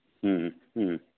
മ്മ് മ്മ്